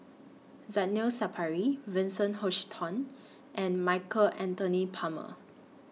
Zainal Sapari Vincent Hoisington and Michael Anthony Palmer